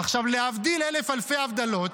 עכשיו, להבדיל אלף אלפי הבדלות,